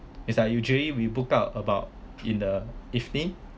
it's like usually we book out about in the evening